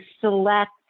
select